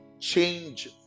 change